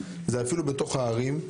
זה אפילו בתוך הערים,